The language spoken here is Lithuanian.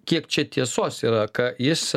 kiek čia tiesos yra ką jis